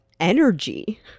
Energy